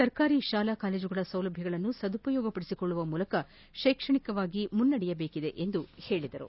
ಸರ್ಕಾರಿ ಶಾಲಾ ಕಾಲೇಜುಗಳ ಸೌಲಭ್ಯಗಳನ್ನು ಸದುಪಯೋಗಪಡಿಸಿಕೊಳ್ಳುವ ಮೂಲಕ ಶೈಕ್ಷಣಿಕವಾಗಿ ಮುನ್ನಡೆಯಬೇಕಿದೆ ಎಂದು ಅವರು ಹೇಳಿದರು